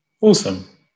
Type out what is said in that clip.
Awesome